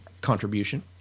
contribution